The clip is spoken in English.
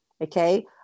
Okay